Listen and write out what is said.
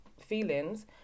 feelings